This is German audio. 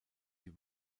die